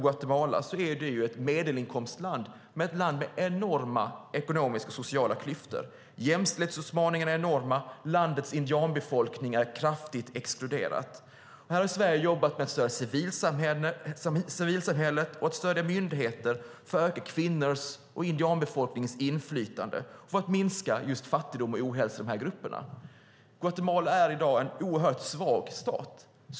Guatemala är ett medelinkomstland med enorma ekonomiska och sociala klyftor. Jämställdhetsutmaningarna är enorma, och landets indianbefolkning är kraftigt exkluderad. Här har Sverige jobbat med att stödja civilsamhälle och myndigheter för att öka kvinnornas och indianbefolkningens inflytande och för att minska fattigdom och ohälsa i dessa grupper. Guatemala är en svag stat.